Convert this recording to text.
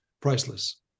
priceless